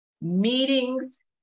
Meetings